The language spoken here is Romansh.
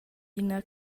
ina